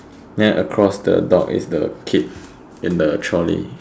then across the dog is the kid in the trolley